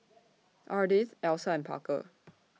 Ardith Elsa and Parker